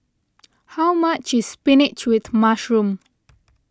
how much is Spinach with Mushroom